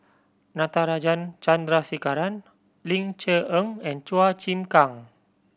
Natarajan Chandrasekaran Ling Cher Eng and Chua Chim Kang